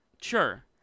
Sure